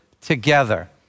together